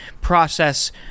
process